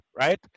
Right